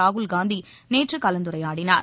ராகுல் காந்தி நேற்று கலந்துரையாடினார்